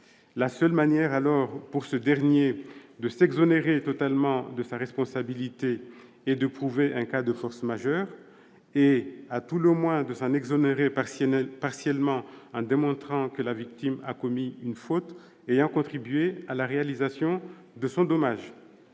La seule manière alors pour ce dernier de s'exonérer totalement de sa responsabilité est de prouver un cas de force majeure, ou, à tout le moins, de s'en exonérer partiellement en démontrant que la victime a commis une faute ayant contribué à la réalisation de son dommage.